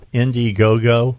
indiegogo